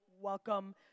welcome